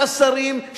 של השרים,